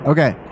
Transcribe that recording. Okay